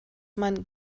man